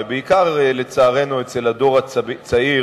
בעיקר לצערנו אצל הדור הצעיר,